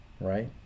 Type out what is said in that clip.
right